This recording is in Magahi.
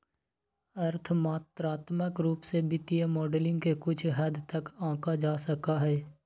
अर्थ मात्रात्मक रूप से वित्तीय मॉडलिंग के कुछ हद तक आंका जा सका हई